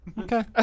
Okay